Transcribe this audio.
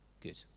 good